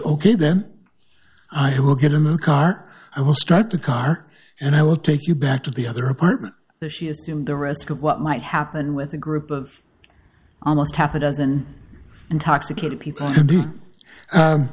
ok then i will give them a car i will start the car and i will take you back to the other apartment the she assumed the risk of what might happen with a group of almost half a dozen intoxicated people